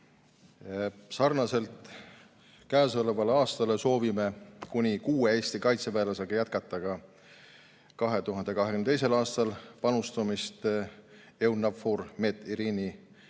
Sarnaselt käesolevale aastale soovime kuni kuue Eesti kaitseväelasega jätkata ka 2022. aastal panustamist EUNAVFOR Med/Irini